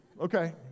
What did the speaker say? okay